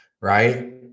right